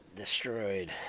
Destroyed